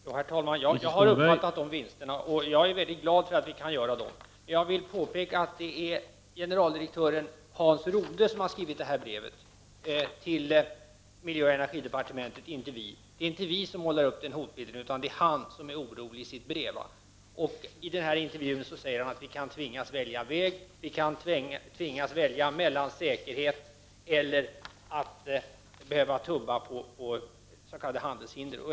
Herr talman! Jag har uppfattat de vinsterna, och jag är glad för att vi kan göra dem. Jag vill påpeka att det är generaldirektören Hans Rode som har skrivit det här brevet till miljöoch energidepartementet, inte vi. Det är inte vi som målar upp någon hotbild, utan det är han som uttrycker oro i sitt brev. I intervjun säger han att vi kan tvingas välja mellan att tubba på säkerheten och att tubba på s.k. handelshinder.